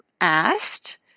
asked